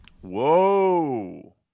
Whoa